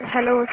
Hello